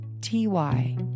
T-Y